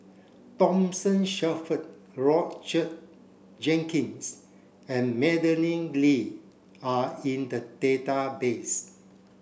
Thomas Shelford Roger Jenkins and Madeleine Lee are in the database